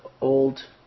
old